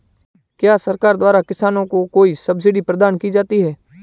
क्या सरकार द्वारा किसानों को कोई सब्सिडी प्रदान की जाती है?